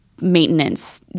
maintenance